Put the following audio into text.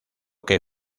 que